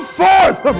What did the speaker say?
forth